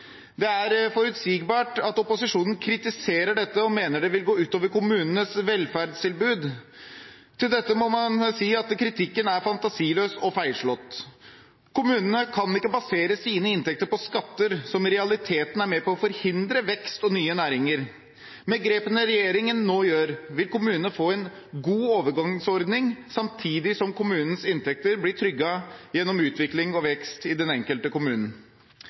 Det er forutsigbart at opposisjonen kritiserer dette og mener det vil gå ut over kommunenes velferdstilbud. Til dette må man si at kritikken er fantasiløs og feilslått. Kommunene kan ikke basere sine inntekter på skatter som i realiteten er med på å forhindre vekst og nye næringer. Med grepene regjeringen nå gjør, vil kommunene få en god overgangsordning samtidig som kommunenes inntekter blir trygget gjennom utvikling og vekst i den enkelte